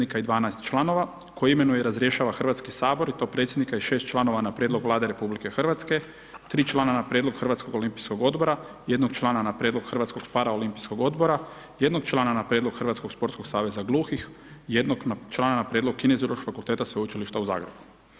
i 12 članova koje imenuje i razrješava HS i to predsjednika i 6 članova na prijedlog Vlade RH, 3 člana na prijedlog Hrvatskog olimpijskog odbora, jednog člana na prijedlog Hrvatskog paraolimpijskog odbora, jednog člana na prijedlog Hrvatskog sportskog saveza gluhih, jednog člana na prijedlog Kineziološkog fakulteta Sveučilišta u Zagrebu.